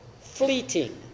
Fleeting